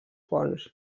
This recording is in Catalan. fonts